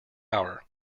hour